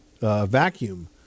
vacuum